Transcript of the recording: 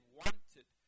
wanted